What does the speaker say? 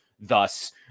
Thus